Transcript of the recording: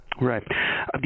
Right